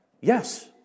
Yes